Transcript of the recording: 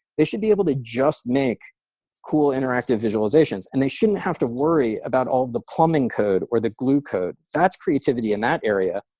they should be able to just make cool interactive visualizations and they shouldn't have to worry about all the plumbing code, or the glue code. that's creativity in that area,